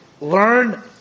Learn